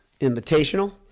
Invitational